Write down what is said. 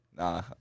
Nah